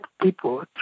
people